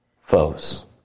foes